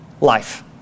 life